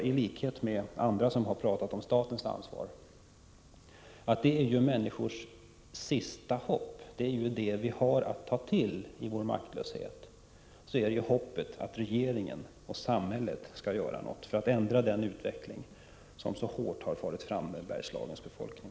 I likhet med andra som har talat om statens ansvar menar jag att staten är människornas sista hopp i maktlösheten, hoppet att regeringen och samhället skall göra något för att ändra den utveckling som så hårt har farit fram med Bergslagens befolkning.